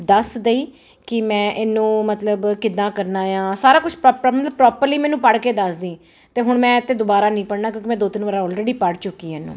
ਦੱਸ ਦਈ ਕਿ ਮੈਂ ਇਹਨੂੰ ਮਤਲਬ ਕਿੱਦਾਂ ਕਰਨਾ ਆ ਸਾਰਾ ਕੁਝ ਪ੍ਰੋਬਲਮ ਪ੍ਰੋਪਰਲੀ ਮੈਨੂੰ ਪੜ੍ਹ ਕੇ ਦੱਸ ਦੇ ਅਤੇ ਹੁਣ ਮੈਂ ਤਾਂ ਦੁਬਾਰਾ ਨਹੀਂ ਪੜ੍ਹਨਾ ਕਿਉਂਕਿ ਮੈਂ ਦੋ ਤਿੰਨ ਵਾਰ ਆਲਰੇਡੀ ਪੜ੍ਹ ਚੁੱਕੀ